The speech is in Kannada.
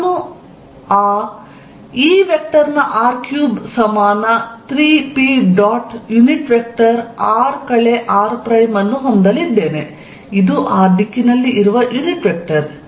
ಮತ್ತು ನಾನು ಆ Er ಸಮಾನ 3 p dot unit vector r r ಹೊಂದಲಿದ್ದೇನೆ ಇದು ಆ ದಿಕ್ಕಿನಲ್ಲಿ ಇರುವ ಯುನಿಟ್ ವೆಕ್ಟರ್